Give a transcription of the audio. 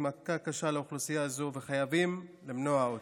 מכה קשה לאוכלוסייה זו וחייבים למנוע אותה.